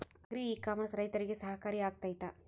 Agri e commerce ರೈತರಿಗೆ ಸಹಕಾರಿ ಆಗ್ತೈತಾ?